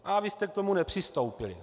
A vy jste k tomu nepřistoupili.